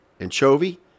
anchovy